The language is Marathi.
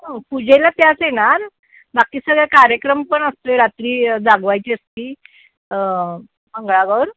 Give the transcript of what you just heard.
हो पूजेला त्याच येणार बाकी सगळे कार्यक्रम पण असतो आहे रात्री जागवायची असती मंगळागौर